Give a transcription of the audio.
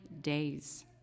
days